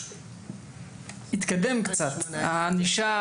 התקדם קצת הענישה